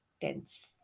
tense